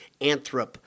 Anthrop